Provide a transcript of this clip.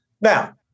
Now